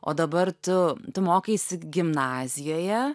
o dabar tu tu mokaisi gimnazijoje